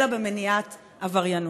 אלא במניעת עבריינות.